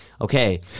okay